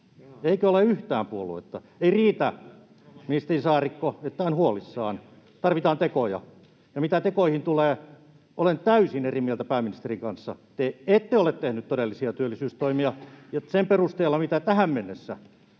Eikö ole yhtään puoluetta? Ei riitä, ministeri Saarikko, että on huolissaan — tarvitaan tekoja. Ja mitä tekoihin tulee, olen täysin eri mieltä pääministerin kanssa: te ette ole tehneet todellisia työllisyystoimia, ja sen perusteella, mitä tähän mennessä